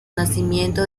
nacimiento